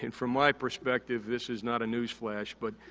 and from my perspective, this is not a news flash but,